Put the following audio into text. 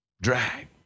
drag